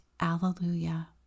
Alleluia